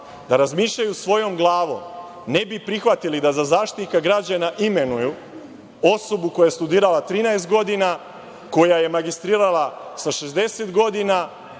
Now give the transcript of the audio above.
Da razmišljaju svojom glavom, ne bi prihvatili da za Zaštitnika građana imenuju osobu koja je studirala 13 godina, koja je magistrirala sa 60 godina,